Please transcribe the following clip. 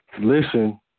Listen